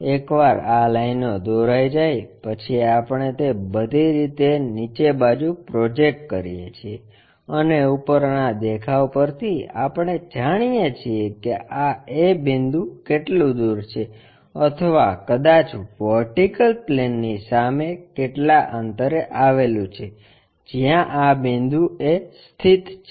એકવાર આ લાઇનો દોરાઈ જાય પછી આપણે તે બધી રીતે નીચે બાજુ પ્રોજેકટ કરીએ છીએ અને ઉપરના દેખાવ પરથી આપણે જાણીએ છીએ કે આ A બિંદુ કેટલું દૂર છે અથવા કદાચ વર્ટિકલ પ્લેનની સામે કેટલા અંતરે આવેલું છે જ્યાં આ બિંદુ a સ્થિત છે